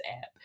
app